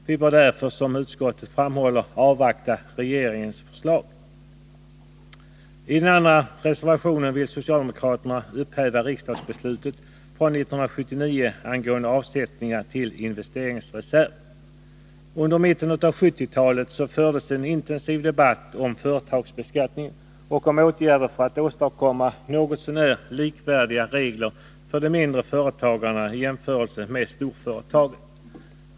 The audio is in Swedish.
Vi bör därför, som utskottet framhåller, avvakta regeringens förslag. I den andra reservationen vill socialdemokraterna upphäva riksdagsbeslutet från 1979 angående avsättningar till investeringsreserv. Under mitten av 1970-talet fördes en intensiv debatt om företagsbeskattning och om åtgärder för att åstadkomma något så när likvärdiga regler för mindre företagare i jämförelse med de stora företagen.